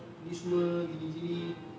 ni semua gini gini